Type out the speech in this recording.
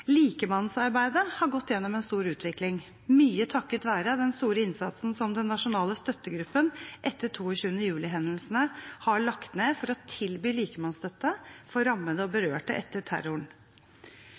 Likemannsarbeidet har gått gjennom en stor utvikling, mye takket være den store innsatsen som den nasjonale støttegruppen etter 22. juli-hendelsene har lagt ned for å tilby likemannsstøtte for rammede og